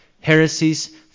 heresies